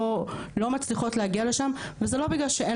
לא מצליחות להגיע לשם וזה לא בגלל שאין